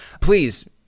please